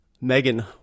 Megan